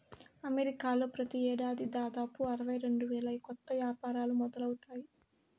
అమెరికాలో ప్రతి ఏడాది దాదాపు అరవై రెండు వేల కొత్త యాపారాలు మొదలవుతాయి